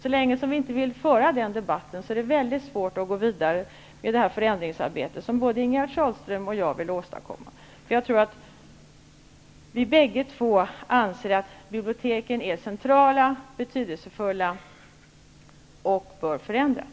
Så länge vi inte vill föra den debatten är det väldigt svårt att gå vidare med det förändringsarbete som både Ingegerd Sahlström och jag vill åstadkomma. Bägge två anser vi väl att biblioteken är centrala och betydelsefulla och att de bör förändras.